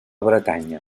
bretanya